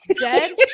dead